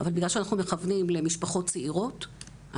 אבל בגלל שאנחנו מכוונים למשפחות צעירות,